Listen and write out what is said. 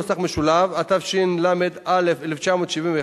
התשל"א 1971,